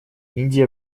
индия